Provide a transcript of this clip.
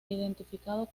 identificado